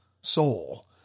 soul